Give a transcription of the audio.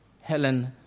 Helen